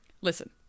Listen